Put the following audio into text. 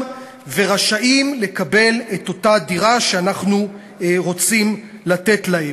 ורשאים לקבל את אותה דירה שאנחנו רוצים לתת להם.